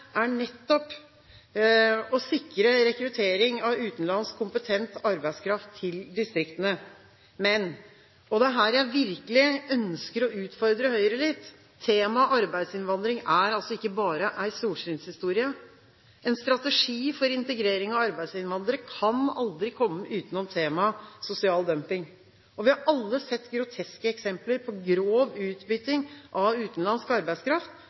er nettopp å sikre rekruttering av utenlandsk, kompetent arbeidskraft til distriktene. Men – og det er her jeg virkelig ønsker å utfordre Høyre litt – temaet arbeidsinnvandring er ikke bare en solskinnshistorie. En strategi for integrering av arbeidsinnvandrere kan aldri komme utenom temaet sosial dumping. Vi har alle sett groteske eksempler på grov utbytting av utenlandsk arbeidskraft: